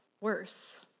worse